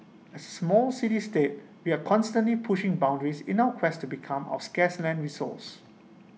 small city state we are constantly pushing boundaries in our quest to become our scarce land resource